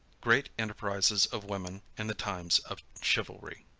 great enterprises of women in the times of chivalry.